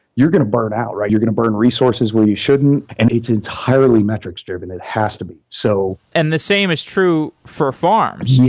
you're going to burn out. you're going to burn resources where you shouldn't, and it's entirely metrics-driven. it has to be. so and the same is true for farms.